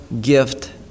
Gift